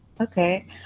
Okay